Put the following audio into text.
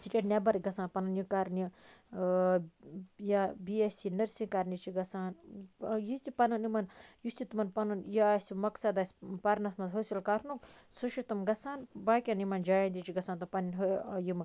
state نیٚبَر گژھان پَنٕنۍ یہِ کَرنہٕ یا بی ایٚس سی نٔرسِنٛگ کَرنہِ چھِ گژھان یہِ تہِ پَنُن یِمن یہِ چھُ تِمن پنُن یہِ آسہِ مَقصَد آسہِ پَرنَس مَنٛز حٲصِل کَرنُک سُہ چھُ تِم گژھان باقیَن یِمَن جایَن تہِ چھِ گژھان پنٕنۍ ہُہ یِمہٕ